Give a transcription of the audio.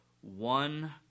one